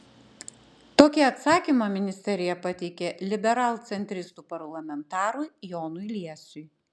tokį atsakymą ministerija pateikė liberalcentristų parlamentarui jonui liesiui